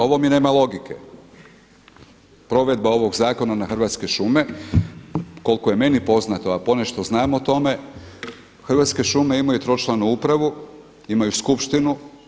Ovo mi nema logike, provedba ovog zakona na Hrvatske šume, koliko je meni poznato a ponešto znam o tome Hrvatske šume imaju tročlanu upravu, imaju skupštinu.